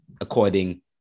according